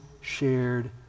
shared